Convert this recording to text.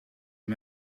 dit